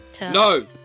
No